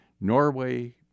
Norway